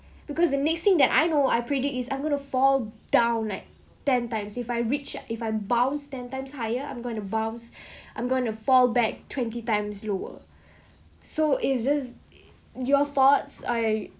because the next thing that I know I predict is I'm gonna fall down like ten times if I reach if I bounced ten times higher I'm going to bunched I'm going to fall back twenty times lower so it just your thoughts I